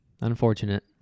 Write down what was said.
unfortunate